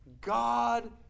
God